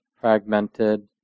fragmented